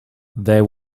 there